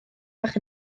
fach